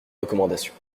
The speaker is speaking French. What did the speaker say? recommandation